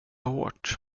hårt